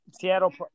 Seattle